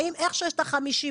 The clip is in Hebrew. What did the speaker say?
האם איך שיש את ה-50,